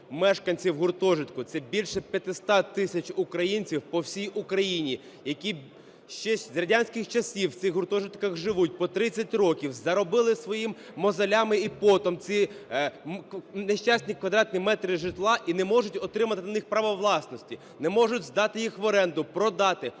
мешканців гуртожитку, це більше 500 тисяч українців по всій Україні, які ще з радянських часів в цих гуртожитках живуть по 30 років, заробили своїми мозолями і потом ці нещасні квадратні метри житла і не можуть отримати на них право власності, не можуть здати їх в оренду, продати,